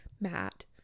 matt